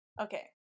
Okay